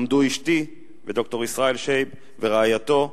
עמדו אשתי וד"ר ישראל שייב ורעייתו,